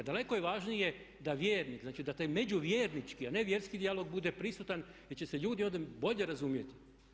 Daleko je važnije da vjernik, znači da taj među vjernički, a ne vjerski dijalog bude prisutan jer će se ljudi onda bolje razumjeti.